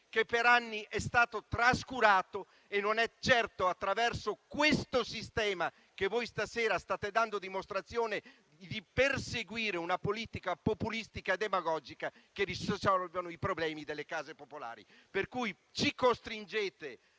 che per anni è stato trascurato e non è certo attraverso questo sistema, che voi stasera state dando dimostrazione di perseguire, con una politica populistica e demagogica, che risolveremo i problemi delle case popolari. Ci costringete